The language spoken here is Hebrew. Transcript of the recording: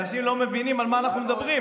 אנשים לא מבינים על מה אנחנו מדברים.